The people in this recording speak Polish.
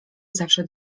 zawsze